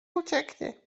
ucieknie